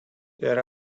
there